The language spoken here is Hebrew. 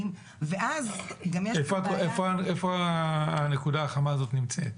ואז גם יש פה בעיה --- איפה הנקודה החמה הזאת נמצאת?